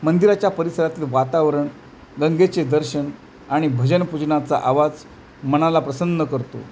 मंदिराच्या परिसरातील वातावरण गंगेचे दर्शन आणि भजनपूजनाचा आवाज मनाला प्रसन्न करतो